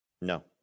no